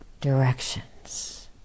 directions